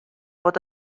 bod